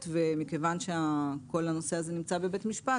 ומכיוון שכל הנושא הזה נמצא בבית משפט,